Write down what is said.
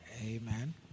Amen